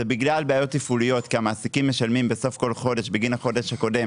בגלל בעיות תפעוליות כי המעסיקים משלמים בסוף כל חודש בגין החודש הקודם